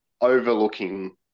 overlooking